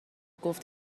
گفت